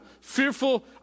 fearful